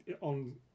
on